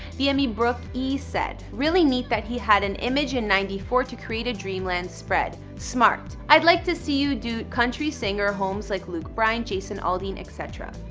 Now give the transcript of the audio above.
i mean brook e said really neat that he had an image in ninety four to create a dreamland spread. smart! i'd like to see you do country singers homes like luke bryan, jason aldean, etc.